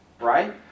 right